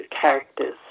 characters